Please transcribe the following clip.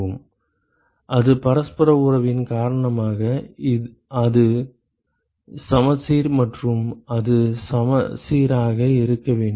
மாணவர் ஆம் பரஸ்பர உறவின் காரணமாக அது சமச்சீர் மற்றும் அது சமச்சீராக இருக்க வேண்டும்